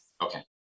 Okay